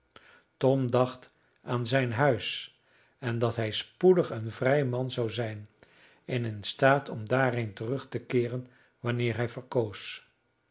tom dacht aan zijn huis en dat hij spoedig een vrij man zou zijn en in staat om daarheen terug te keeren wanneer hij verkoos